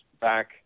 back